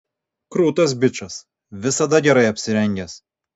krūtas bičas visada gerai apsirengęs